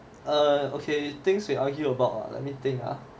err okay things we argue about ah let me think ah